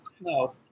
No